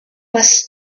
was